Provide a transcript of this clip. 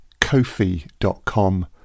kofi.com